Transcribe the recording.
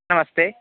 नमस्ते